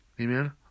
Amen